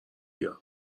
بیار